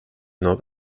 not